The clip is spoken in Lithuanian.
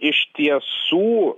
iš tiesų